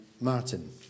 Martin